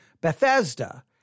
Bethesda